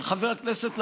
של חבר הכנסת לפיד.